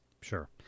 Sure